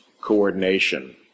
coordination